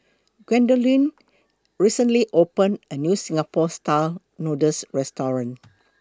Gwendolyn recently opened A New Singapore Style Noodles Restaurant